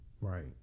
right